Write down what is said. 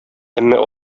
әмма